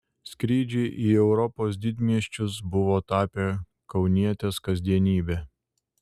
skrydžiai į europos didmiesčius buvo tapę kaunietės kasdienybe